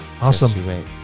awesome